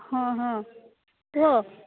ହଁ ହଁ କୁହ